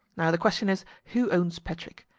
now the question is, who owns patrick?